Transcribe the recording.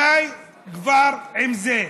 די כבר עם זה.